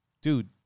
dude